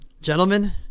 Gentlemen